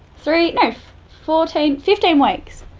three, no, fourteen, fifteen weeks.